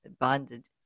bonded